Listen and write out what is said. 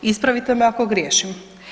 Ispravite me ako griješim.